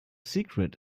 secret